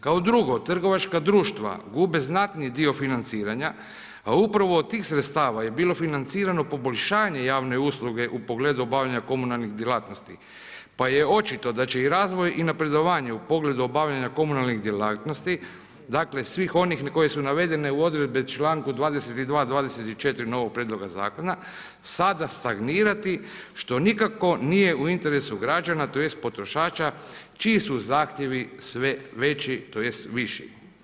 Kao drugo, trgovačka društva, u beznatniji dio financiranja, a upravo od tih sredstava je bilo financiranje poboljšanje javne usluge, u pogledu obavljanja komunalnih djelatnosti, pa je očito da će i razvoj i napredovanje u pogledu obavljanja komunalnih djelatnosti, dakle, svih onih koji su navedene u odredbi članku 22., 24. novog prijedloga zakona, sad stagnirati, što nikako nije u interesu građana, tj. potrošača, čiji su zahtjevi sve veći, tj. viši.